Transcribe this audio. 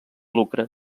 lucre